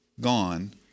gone